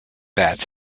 bats